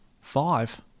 Five